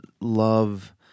love